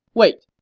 wait,